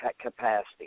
capacity